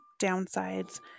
downsides